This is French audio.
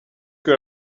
que